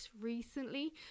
recently